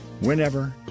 whenever